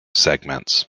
segments